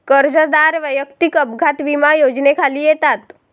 कर्जदार वैयक्तिक अपघात विमा योजनेखाली येतात